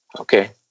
Okay